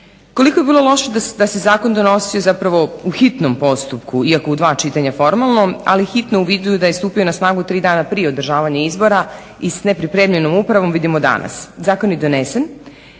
Koliko je bilo loše da se zakon donosi u hitnom postupku iako u dva čitanja formalno ali je hitno uvidio da je stopi na snagu tri dana prije održavanja izbora i s nepripremljenom upravom vidimo danas. Zakon je donesen